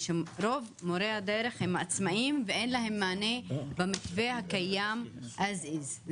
רוב מורי הדרך הם עצמאיים ואין להם מענה במתווה הקיים as is.